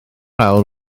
awr